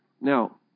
Now